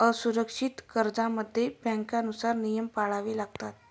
असुरक्षित कर्जांमध्ये बँकांनुसार नियम पाळावे लागतात